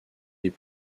des